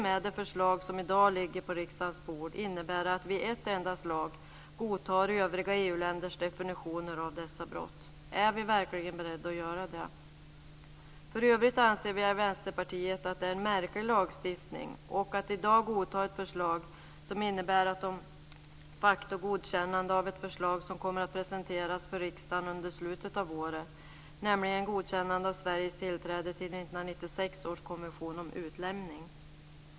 Det förslag som i dag ligger på riksdagens bord innebär att vi i ett enda slag godtar övriga EU-länders definitioner av dessa brott. Är vi verkligen beredda att göra det? För övrigt anser vi i Vänsterpartiet att lagstiftningen är märklig; att i dag godta ett förslag som de facto innebär ett godkännande av ett förslag som kommer att presenteras för riksdagen under slutet av året, nämligen godkännandet av Sveriges tillträde till 1996 års konvention om utlämning.